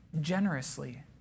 generously